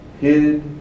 hid